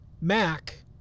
Mac